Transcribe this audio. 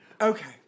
Okay